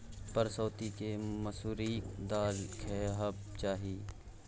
परसौती केँ मसुरीक दालि खेबाक चाही